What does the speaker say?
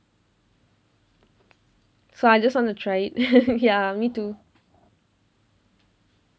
so I just want to try it ya me too